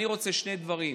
אני רוצה שני דברים,